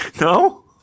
No